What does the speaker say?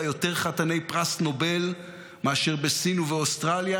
יותר חתני פרס נובל מאשר בסין ובאוסטרליה,